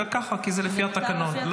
ככה, כי זה לפי התקנון.